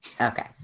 Okay